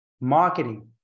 marketing